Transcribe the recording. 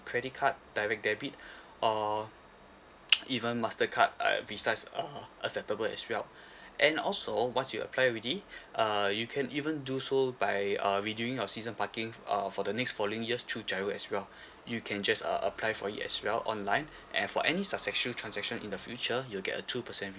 credit card direct debit or even master card uh visa's uh acceptable as well and also once you apply already uh you can even do so by uh re doing your season parking uh for the next following years through giro as well you can just uh apply for it as well online and for any successful transaction in the future you'll get a two percent